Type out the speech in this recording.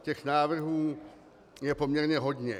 Těch návrhů je poměrně hodně.